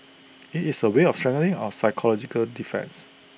IT is A way of strengthening our psychological defence